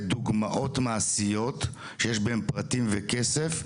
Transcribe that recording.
דוגמאות מעשיות שיש בהן פרטים וכסף,